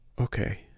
Okay